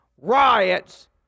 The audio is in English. riots